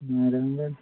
ꯑꯣꯏꯔꯝꯒꯅꯤ